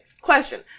question